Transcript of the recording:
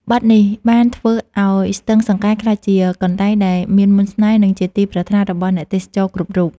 បទនេះបានធ្វើឱ្យស្ទឹងសង្កែក្លាយជាកន្លែងដែលមានមន្តស្នេហ៍ និងជាទីប្រាថ្នារបស់អ្នកទេសចរគ្រប់រូប។